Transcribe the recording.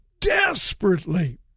desperately